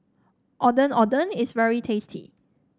Ondeh Ondeh is very tasty